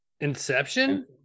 Inception